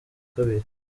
kabiri